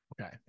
Okay